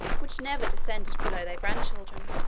which never descended below their grandchildren.